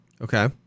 Okay